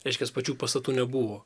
reiškias pačių pastatų nebuvo